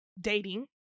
dating